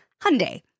Hyundai